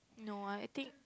no I think